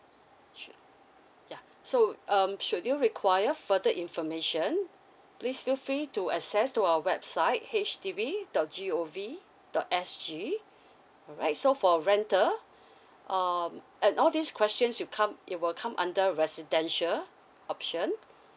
sure yeah so um should you require further information please feel free to access to our website H D B dot G O V dot S G right so for rental um add all these questions you come it will come under residential option